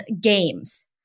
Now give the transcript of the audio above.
games